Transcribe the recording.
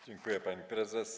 Dziękuję, pani prezes.